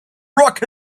rock